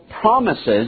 promises